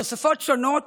ותוספות שונות